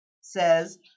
says